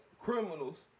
criminals